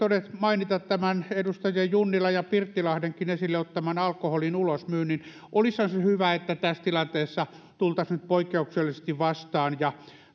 mainita tämän edustaja junnilan ja pirttilahdenkin esille ottaman alkoholin ulosmyynnin olisihan se hyvä että tässä tilanteessa tultaisiin nyt poikkeuksellisesti vastaan